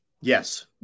Yes